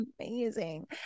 amazing